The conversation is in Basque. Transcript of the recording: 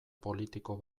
politiko